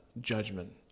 judgment